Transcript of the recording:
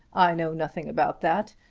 i know nothing about that.